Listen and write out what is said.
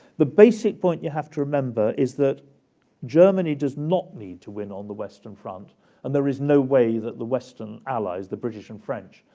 the basic point you have to remember is that germany does not need to win on the western front and there is no way that the western allies, the british and french,